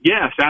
Yes